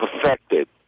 perfected